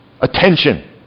attention